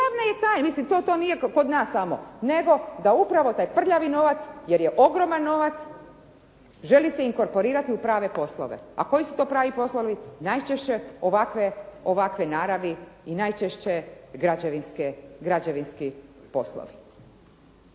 nije to kod nas samo, nego da upravo taj prljavi novac, jer je ogroman novac, želi se inkorporirati u prave poslove. A koji su to pravi poslovi? Najčešće ovakve naravi i najčešće građevinski poslovi.